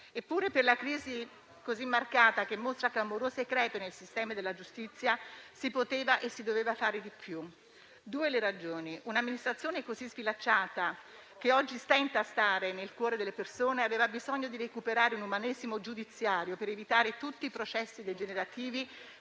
Eppure per la crisi così marcata, che mostra clamorose crepe nel sistema della giustizia, si poteva e si doveva fare di più. Due sono le ragioni: un'amministrazione così sfilacciata, che oggi stenta a stare nel cuore delle persone, aveva bisogno di recuperare un umanesimo giudiziario, per evitare tutti i processi degenerativi